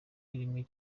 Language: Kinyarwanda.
rimwe